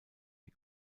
die